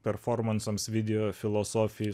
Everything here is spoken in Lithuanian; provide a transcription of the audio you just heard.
performansams video filosofijai